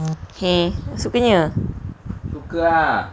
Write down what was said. sukanya